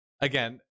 again